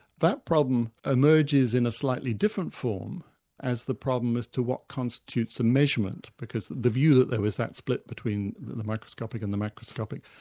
that problem emerges in a slightly different form as the problem as to what constitutes a measurement, because the view that there was that split between the microscopic and the macroscopic,